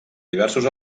diversos